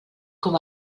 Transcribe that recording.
com